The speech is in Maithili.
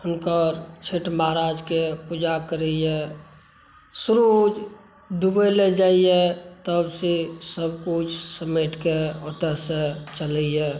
हुनकर छठि महाराजके पूजा करै यऽ सूर्य डूबय लए जाइया तब से सभ किछु समेटिकऽ ओतयसॅं चलै यऽ